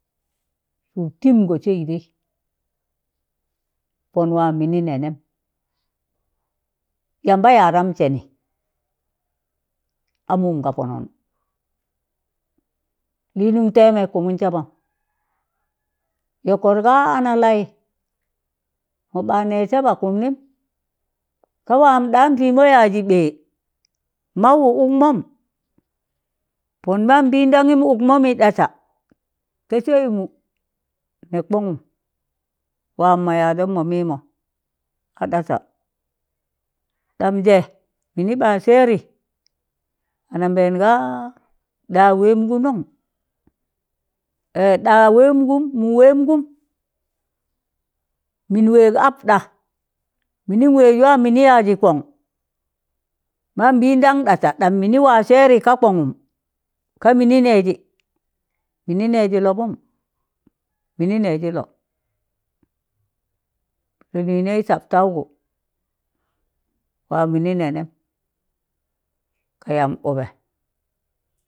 Sụụr tingọ sịịdẹị, pọn waam mịnị nẹ nẹm, yamba yadam sẹnị, a mụm ka pọnọn, lịịnụm tẹẹmẹ kụmụn sabam, yọkọt ga analaị mọ ba nẹẹz saba kụmnịm, ka waam ɗaam pịmọ yaazị ɓẹẹ mawwụ ụkmọm pọn ma mbịịndamịm ụkmọmị ɗasa ta saịmụ, nẹ kwọngụm waa ma yaazom ma mịmọ a ɗasa. Damjẹ mịnị ɓa sẹẹrị anambẹẹn ga ɗa wẹẹmgụ nọn, ẹ ɗa wẹẹmgụm mụ wẹmgụm mịn wẹẹg ap ɗa? mịnịn wẹẹj waam mịnị yaazị kọn, ma mbịndam ɗasa ɗam mịnị wa sẹẹrị ka kwọngụm ka mịnị nẹjị mịnị nẹjị lọbụm, mịnị nẹjị lọb la'lịnẹị sabtaụgụ, waam mịnị nẹ ji nẹm, ka yam ụbẹ.